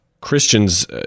Christians